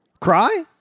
Cry